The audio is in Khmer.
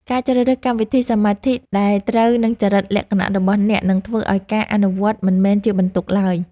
ការជ្រើសរើសកម្មវិធីសមាធិដែលត្រូវនឹងចរិតលក្ខណៈរបស់អ្នកនឹងធ្វើឱ្យការអនុវត្តមិនមែនជាបន្ទុកឡើយ។